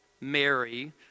Mary